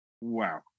Wow